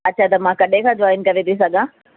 अच्छा त मां कॾहिं खां जॉइन करे थी सघां